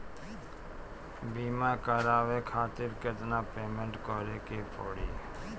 बीमा करावे खातिर केतना पेमेंट करे के पड़ी?